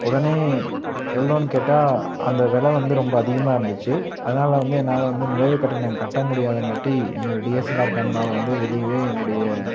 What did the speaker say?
உடனே எவ்வளோன்னு கேட்டால் அந்த வில வந்து ரொம்ப அதிகமாக இருந்துச்சு அதனால வந்து என்னால் வந்து நுழைவு கட்டணம் கட்ட முடியாதங்காட்டி என்னோட டிஎஸ்எல்ஆர் கேமராவ வந்து வெளியவே என்னுடைய